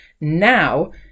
Now